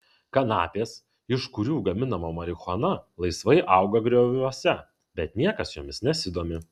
kanapės iš kurių gaminama marihuana laisvai auga grioviuose bet niekas jomis nesidomi